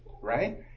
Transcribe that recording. right